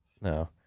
no